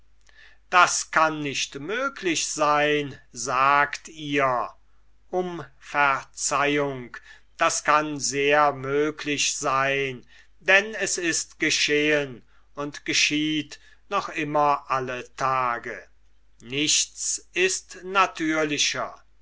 das kann nicht möglich sein sagt ihr um verzeihung das kann sehr möglich sein denn es ist geschehen und geschieht noch immer alle tage nichts ist natürlicher